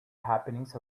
happenings